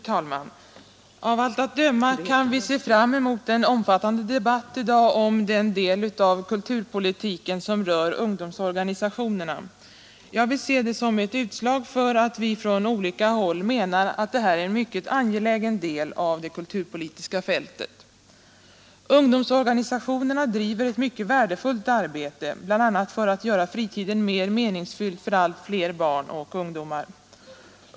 Fru talman! Av allt att döma kan vi se fram emot en omfattande debatt i dag om den del av kulturpolitiken som rör ungdomsorganisa 19 tionernas verksamhet. Jag vill se det som ett utslag av att vi från olika håll menar att det här är en mycket angelägen del av det kulturpolitiska fältet. Ungdomsorganisationerna bedriver ett mycket värdefullt arbete, bl.a. för att göra fritiden mer meningsfylld för allt fler barn och ungdomar.